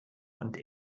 und